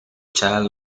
child